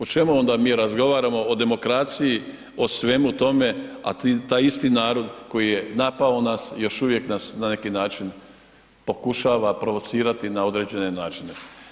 O čemu onda mi razgovaramo, o demokraciji, o svemu tome, a taj isti narod koji je napao nas još uvijek nas na neki način pokušava provocirati na određene načine.